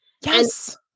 Yes